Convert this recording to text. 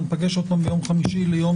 אנחנו ניפגש שוב ביום חמישי ליום